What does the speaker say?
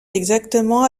exactement